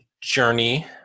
journey